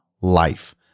life